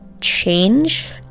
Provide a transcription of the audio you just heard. change